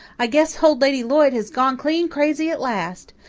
i guess old lady lloyd has gone clean crazy at last.